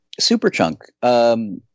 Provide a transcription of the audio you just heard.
Superchunk